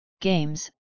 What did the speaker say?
games